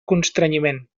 constrenyiment